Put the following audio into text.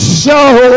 show